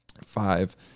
five